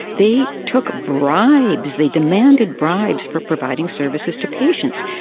they took bribes, they demanded bribes for providing services to patients.